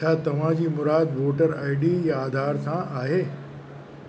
छा तव्हां जी मुराद वोटर आई डी या आधार सां आहे